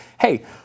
hey